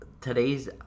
today's